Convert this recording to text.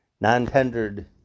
non-tendered